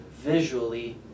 visually